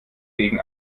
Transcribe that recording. gegen